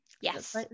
Yes